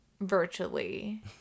virtually